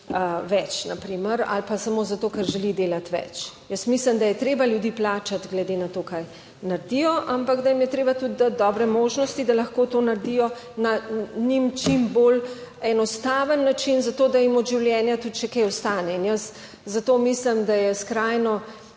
primer, ali pa samo zato, ker želi delati več. Jaz mislim, da je treba ljudi plačati glede na to, kaj naredijo, ampak da jim je treba tudi dati dobre možnosti, da lahko to naredijo na njim čim bolj enostaven način za to, da jim od življenja tudi še kaj ostane, in jaz zato mislim, da je skrajno,